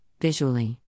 visually